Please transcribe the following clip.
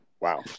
Wow